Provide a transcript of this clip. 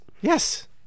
Yes